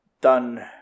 done